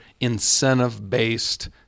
incentive-based